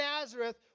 Nazareth